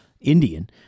Indian